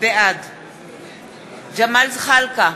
בעד ג'מאל זחאלקה,